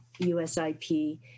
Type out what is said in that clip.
USIP